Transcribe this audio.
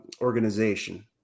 organization